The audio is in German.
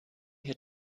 hier